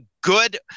good